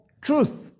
truth